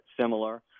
similar